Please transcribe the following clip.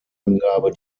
angabe